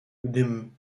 gdym